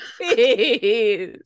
Please